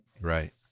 right